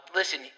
Listen